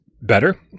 better